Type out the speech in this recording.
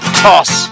toss